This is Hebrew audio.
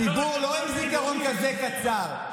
הציבור לא עם זיכרון כזה קצר.